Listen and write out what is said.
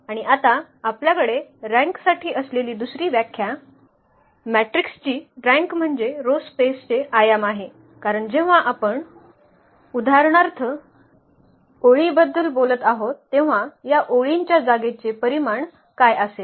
आणि आता आपल्याकडे रँक साठी असलेली दुसरी व्याख्या मॅट्रिक्सची रँक म्हणजे रो स्पेसचे आयाम आहे कारण जेव्हा आपण उदाहरणार्थ ओळीबद्दल बोलत आहोत तेव्हा या ओळींच्या जागेचे परिमाण काय असेल